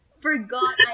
forgot